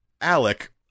Alec